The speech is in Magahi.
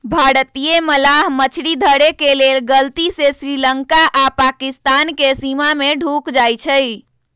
भारतीय मलाह मछरी धरे के लेल गलती से श्रीलंका आऽ पाकिस्तानके सीमा में ढुक जाइ छइ